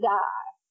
die